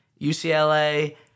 UCLA